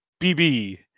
BB